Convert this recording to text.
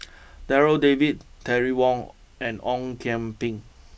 Darryl David Terry Wong and Ong Kian Peng